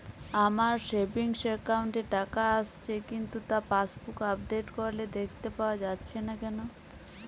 আমার savings account এ টাকা আসছে কিন্তু তা পাসবুক আপডেট করলে দেখতে পাওয়া যাচ্ছে না কেন?